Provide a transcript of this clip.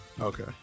Okay